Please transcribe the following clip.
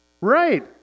Right